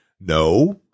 No